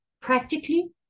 Practically